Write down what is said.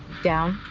down,